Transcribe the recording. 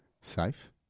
safe